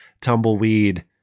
tumbleweed